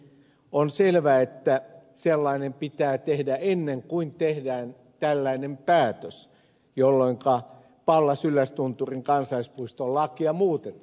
on selvä että sellainen pitää tehdä ennen kuin tehdään tällainen päätös jolloinka pallas yllästunturin kansallispuistolakia muutetaan